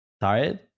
tired